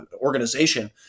organization